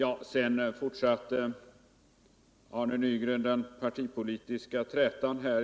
Arne Nygren fortsätter den partipolitiska trätan.